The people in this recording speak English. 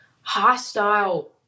hostile